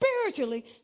spiritually